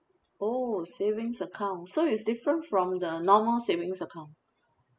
oh savings account so it's different from the normal savings account